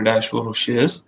lęšių rūšis